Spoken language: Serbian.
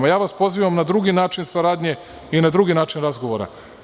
Ja vas pozivam na drugi način saradnje i na drugi način razgovora.